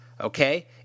Okay